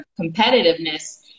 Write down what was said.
competitiveness